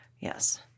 Yes